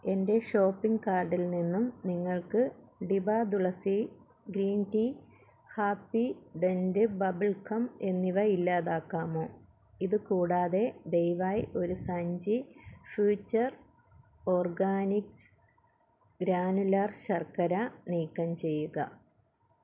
എന്റെ ഷോപ്പിംഗ് കാർട്ടിൽ നിന്നും നിങ്ങൾക്ക് ഡിബ Tulsi green tea Happydent bubblegum എന്നിവ ഇല്ലാതാക്കാമോ ഇത് കൂടാതെ ദയവായി ഒരു സഞ്ചി ഫ്യൂച്ചർ ഓർഗാനിക്സ് ഗ്രാനുലർ ശർക്കര നീക്കം ചെയ്യുക